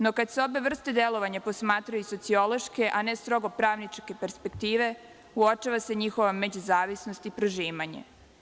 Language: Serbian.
No, kada se ove vrste delovanja posmatraju sa sociološke, a ne strogo pravničke perspektive, uočava se njihova međuzavisnost i prožimanje.